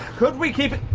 could we keep